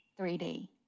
3D